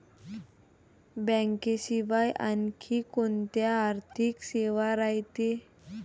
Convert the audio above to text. बँकेशिवाय आनखी कोंत्या आर्थिक सेवा रायते?